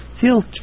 feel